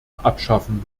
abschaffen